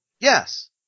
Yes